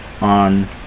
on